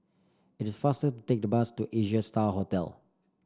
it is faster take the bus to Asia Star Hotel